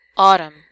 Autumn